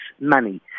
money